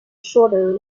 shorter